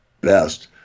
best